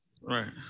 right